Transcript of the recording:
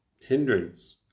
hindrance